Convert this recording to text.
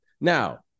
Now